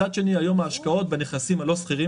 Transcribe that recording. מצד שני היום ההשקעות בנכסים הלא סחירים